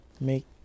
make